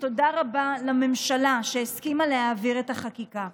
ותודה רבה לממשלה על שהסכימה להעביר את החקיקה.